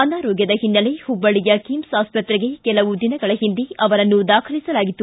ಅನಾರೋಗ್ಯದ ಹಿನ್ನೆಲೆ ಹುಬ್ಬಳ್ಳಿಯ ಕಿಮ್ಸ್ ಆಸ್ಪತ್ರೆಗೆ ಕೆಲ ದಿನಗಳಿಂದ ಅವರನ್ನು ದಾಖಲಿಸಲಾಗಿತ್ತು